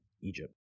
Egypt